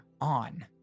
on